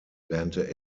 lernte